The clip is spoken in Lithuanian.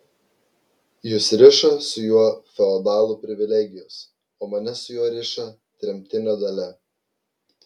jus riša su juo feodalų privilegijos o mane su juo riša tremtinio dalia